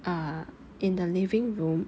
uh in the living room